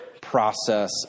process